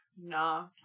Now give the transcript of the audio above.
Nah